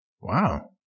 Wow